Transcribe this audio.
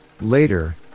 Later